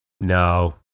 no